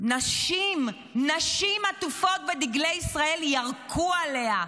נשים עטופות בדגלי ישראל ירקו עליה.